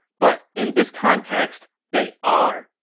but in this context, they are.